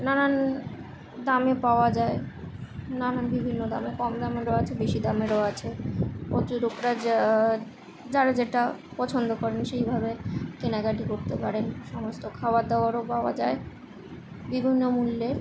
নানান দামে পাওয়া যায় নানান বিভিন্ন দামে কম দামেরও আছে বেশি দামেরও আছে প্রচুর লোকরা যা যারা যেটা পছন্দ করেন সেইভাবে কেনাকাটি করতে পারেন সমস্ত খাবার দাবারও পাওয়া যায় বিভিন্ন মূল্যের